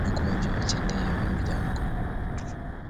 no kubaha ibyo bakeneye nk'umuryango.